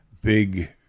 big